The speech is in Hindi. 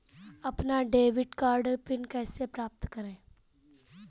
अपना डेबिट कार्ड पिन कैसे प्राप्त करें?